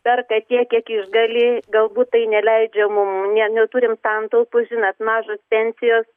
perka tiek kiek išgali galbūt tai neleidžia mum ne neturim tam tauposi nes mažos pensijos